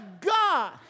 God